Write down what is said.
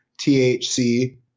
THC